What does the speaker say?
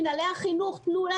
אלו מנהלי החינוך ברשות המקומית.